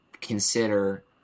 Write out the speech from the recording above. consider